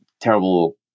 terrible